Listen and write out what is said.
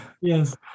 Yes